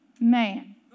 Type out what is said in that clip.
man